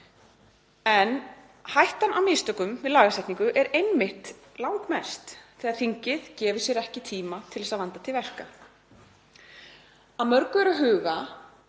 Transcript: Hættan á mistökum við lagasetningu er einmitt langmest þegar þingið gefur sér ekki tíma til að vanda til verka. Að mörgu er að huga